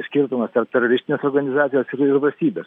skirtumas tarp teroristinės organizacijos ir valstybės